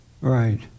Right